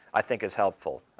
i think, is helpful.